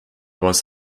was